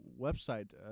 website